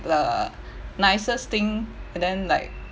the nicest thing and then like